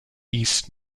east